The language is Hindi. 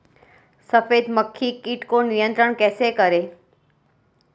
सफेद मक्खी कीट को नियंत्रण कैसे करें?